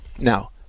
Now